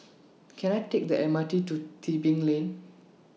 Can I Take The M R T to Tebing Lane